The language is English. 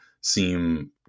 seem